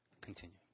continue